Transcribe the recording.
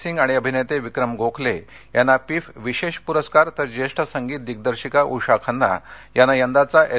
सिंग आणि अभिनेते विक्रम गोखले यांना पिफ विशेष प्रस्कार तर ज्येष्ठ संगीत दिग्दर्शिका उषा खन्ना यांना यंदाचा एस